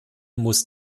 muss